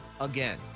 again